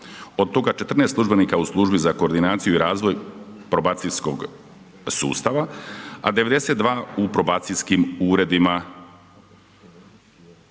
od toga 14 službenika u Službi za koordinaciju i razvoj probacijskog sustava a 92 u probacijskim uredima